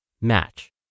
match